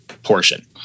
portion